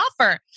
offer